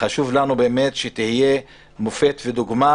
חשוב לנו שתהיה מופת ודוגמה,